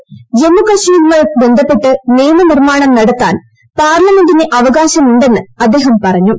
കേന്ദ്ര ജമ്മുകാശ്മീരുമായി ബന്ധപ്പെട്ട് നിയമനിർമ്മാണം നടത്താൻ പാർലമെന്റിന് അവകാശംഉണ്ടെന്ന്അദ്ദേഹം ് പറഞ്ഞു